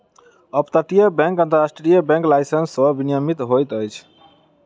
up तटीय bank अन्तर्राष्ट्रीय bank licence सॅ विनियमित होइत अछि